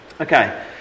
Okay